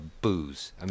booze